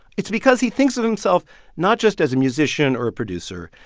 it's because he thinks of himself not just as a musician or a producer.